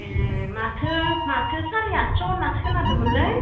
ए माथो सारे आदस' होनना खोनादोंमोनलै